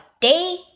day